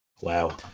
Wow